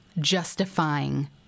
justifying